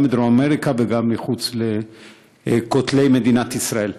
גם בדרום-אמריקה וגם מחוץ למדינת ישראל.